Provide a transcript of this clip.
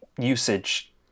usage